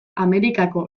amerikako